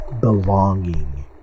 belonging